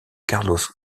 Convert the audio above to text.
carlos